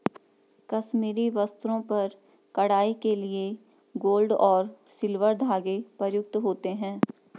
कश्मीरी वस्त्रों पर कढ़ाई के लिए गोल्ड और सिल्वर धागे प्रयुक्त होते हैं